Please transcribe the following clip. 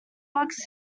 bugs